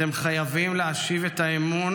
אתם חייבים להשיב את האמון,